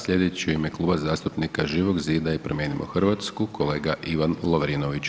Slijedeći u ime Kluba zastupnika Živog zida i Promijenimo Hrvatsku kolega Ivan Lovrinović.